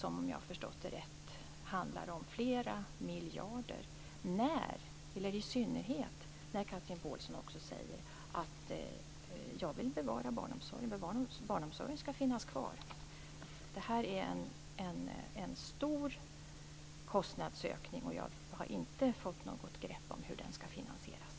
Om jag har förstått det rätt handlar det om flera miljarder; i synnerhet när Chatrine Pålsson också säger att hon vill bevara barnomsorgen. Detta är en stor kostnadsökning, och jag har inte fått något grepp om hur den skall finansieras.